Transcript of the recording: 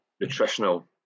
nutritional